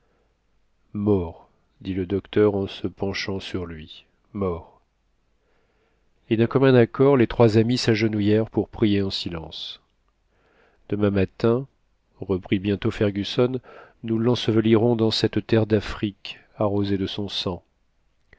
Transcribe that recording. mort dit le docteur en se penchant sur lui mort et d'un commun accord les trois amis s'agenouillèrent pour prier en silence demain matin reprit bientôt fergusson nous l'ensevelirons dans cette terre d'afrique arrosée de son sang